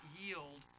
yield